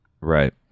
right